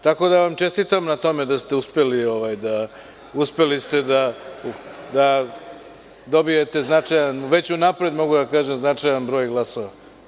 Tako da vam čestitam na tome da ste uspeli da dobijete značajan broj, već u napred mogu da kažem, značajan broj glasova.